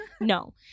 No